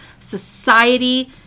society